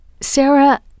Sarah